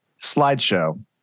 slideshow